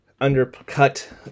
undercut